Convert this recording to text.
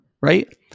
right